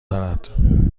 دارد